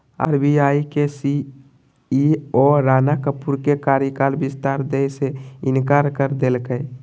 RBI के CEO Rana Kapoor के कार्यकाल विस्तार दय से इंकार कर देलकय